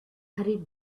hurried